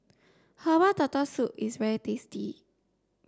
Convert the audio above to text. herbal turtle soup is very tasty